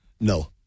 No